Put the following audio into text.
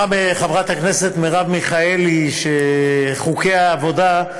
אמרה חברת הכנסת מרב מיכאלי שחוקי העבודה,